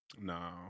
No